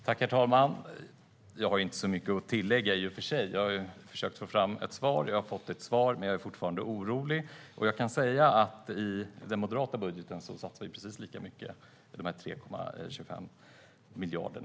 Herr talman! Jag har i och för sig inte så mycket att tillägga. Jag försökte få fram ett svar. Jag har fått ett svar, men jag är fortfarande orolig. Jag kan också säga att vi i den moderata budgeten satsar precis lika mycket - 3,25 miljarder.